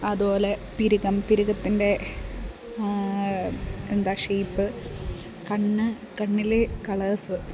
അതുപോലെ പുരികം പുരികത്തിൻ്റെ എന്താ ഷേയ്പ്പ് കണ്ണ് കണ്ണിലേ കളേഴ്സ്